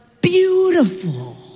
beautiful